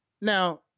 Now